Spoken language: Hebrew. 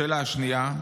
השאלה השנייה: